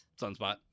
Sunspot